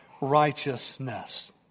righteousness